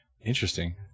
Interesting